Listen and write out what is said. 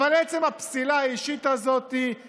אבל עצם הפסילה האישית הזאת היא חמורה.